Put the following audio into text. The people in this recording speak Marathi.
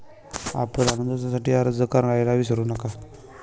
आपण अनुदानासाठी अर्ज करायला विसरू नका